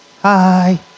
Hi